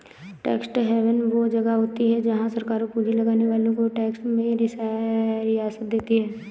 tax haven वो जगह होती हैं जहाँ सरकारे पूँजी लगाने वालो को टैक्स में रियायत देती हैं